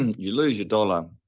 you lose your dollar.